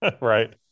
Right